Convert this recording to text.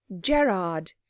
Gerard